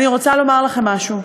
אני רוצה לומר לכם משהו.